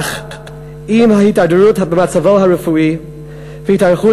אך עם ההידרדרות במצבו הרפואי והתארכות